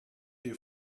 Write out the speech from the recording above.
dir